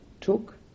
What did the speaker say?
took